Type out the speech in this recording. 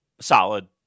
Solid